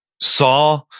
saw